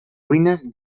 ruinas